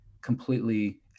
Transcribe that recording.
completely